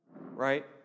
right